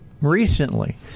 recently